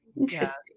Interesting